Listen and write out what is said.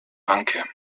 ranke